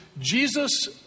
Jesus